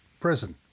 prison